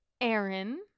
Aaron